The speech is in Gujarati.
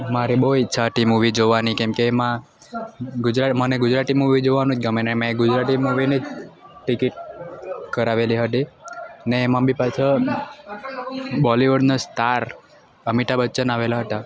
મારી બહુ ઈચ્છા હતી મૂવી જોવાની કેમકે એમાં ગુજરાતી મને ગુજરાતી મૂવી જોવાનું જ ગમે ને મેં ગુજરાતી મૂવીની જ ટિકિટ કરાવેલી હતી ને એમાં બી પાછા બોલિવૂડના સ્ટાર અમિતા બચ્ચન આવેલા હતા